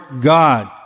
God